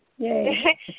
Yay